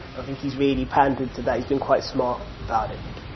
i think he's really pandered to that, he's been quite smart about it.